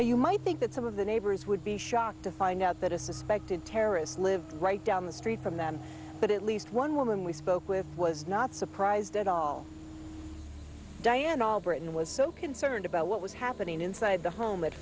you might think that some of the neighbors would be shocked to find out that a suspected terrorist lived right down the street from them but at least one woman we spoke with was not surprised at all dianne all britain was so concerned about what was happening inside the home at